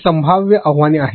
ही संभाव्य आव्हाने आहेत